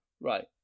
right